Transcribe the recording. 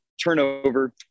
turnover